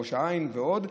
בראש העין ועוד.